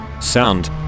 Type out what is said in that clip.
sound